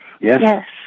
Yes